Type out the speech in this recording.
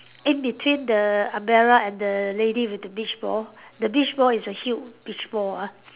in between the umbrella and the lady with the beach ball the beach ball is a huge beach ball ah